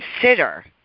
consider –